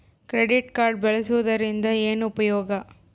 Credit card ಬಳಸುವದರಿಂದ ಏನು ಉಪಯೋಗ?